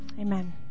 Amen